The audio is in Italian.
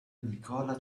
nicola